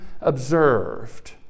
Observed